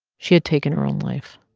she had taken her own life